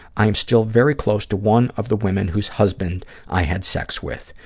i am still very close to one of the women whose husband i had sex with.